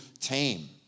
tame